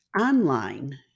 online